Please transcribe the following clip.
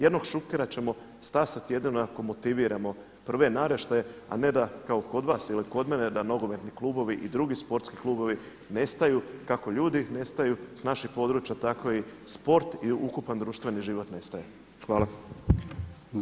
Jednog Šukera ćemo stasati jedino ako motiviramo prve naraštaje a ne da kao kod vas ili kod mene da nogometni klubovi i drugi sportski klubovi nestaju kako ljudi nestaju s naših područja, tako i sport i ukupan društveni život nestaje.